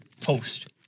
post